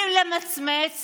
כדי למצוא את איימן.